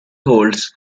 holds